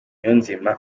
niyonzima